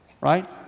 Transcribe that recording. right